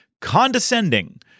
condescending—